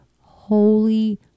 holy